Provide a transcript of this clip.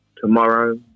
tomorrow